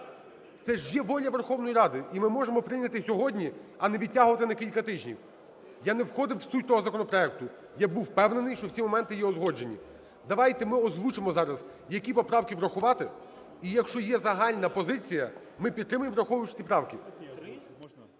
це ж воля Верховної Ради, і ми можемо прийняти сьогодні, а не відтягувати на кілька тижнів. Я не входив в суть того законопроекту, я був впевнений, що всі моменти його узгоджені. Давайте ми озвучимо зараз, які поправки врахувати, і, якщо є загальна позиція, ми підтримаємо, враховуючи ці правки.